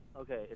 Okay